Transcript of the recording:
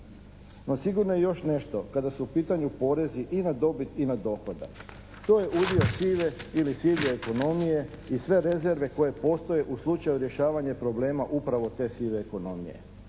No sigurno je još nešto. Kada su u pitanju porezi i na dobit i na dohodak, to je udio sive ili sivije ekonomije i sve rezerve koje postoje u slučaju rješavanja problema upravo te sive ekonomije.